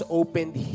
opened